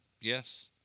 Yes